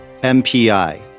MPI